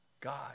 God